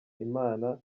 imana